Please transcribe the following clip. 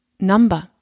Number